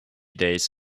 days